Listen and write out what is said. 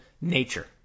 nature